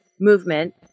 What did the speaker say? movement